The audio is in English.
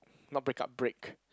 not break up break